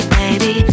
baby